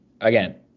again